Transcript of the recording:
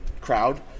crowd